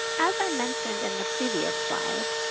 as i mentioned in the previous slide,